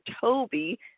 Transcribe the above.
Toby